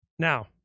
Now